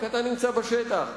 כי אתה נמצא בשטח.